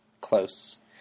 close